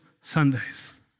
Sundays